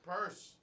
Purse